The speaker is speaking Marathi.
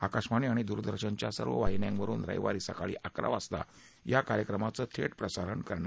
आकाशवाणी आणि दूरदर्शनाच्या सर्व वाहिन्यांवरून रविवारी सकाळी अकरा वाजता या कार्यक्रमाचं थेट प्रसारण करण्यात येणार आहे